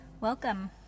welcome